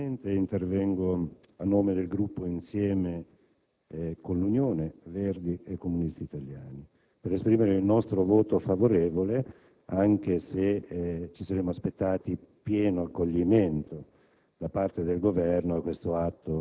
Signor Presidente, intervengo, a nome del Gruppo Insieme con l'Unione Verdi-Comunisti Italiani, per esprimere il nostro voto favorevole, anche se ci saremmo aspettati pieno accoglimento